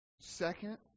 Second